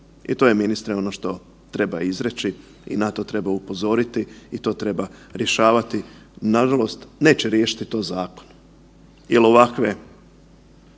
I to je ministre ono što treba izreći i na to treba upozoriti i to treba rješavati. Nažalost, neće riješiti to zakon jel ovakve